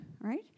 right